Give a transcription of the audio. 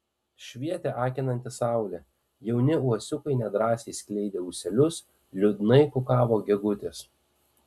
švietė akinanti saulė jauni uosiukai nedrąsiai skleidė ūselius liūdnai kukavo gegutės